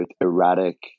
erratic